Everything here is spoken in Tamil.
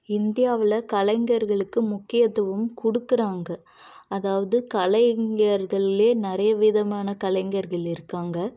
இந்தியாவில் கலைஞர்களுக்கு முக்கியத்துவம் கொடுக்குறாங்க அதாவது கலைஞர்கள்லேயே நிறைய விதமான கலைஞர்கள் இருக்காங்க